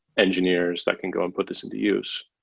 engineers that can go and put this into use.